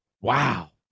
Wow